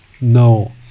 no